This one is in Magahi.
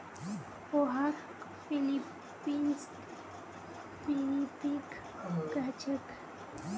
पोहाक फ़िलीपीन्सत पिनीपिग कह छेक